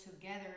together